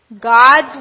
God's